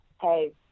hey